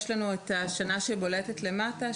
יש לנו את השנה שבולטת למטה,